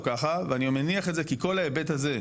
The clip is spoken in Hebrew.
אז כנראה שזה לא ככה ואני מניח את זה כי כל ההיבט הזה,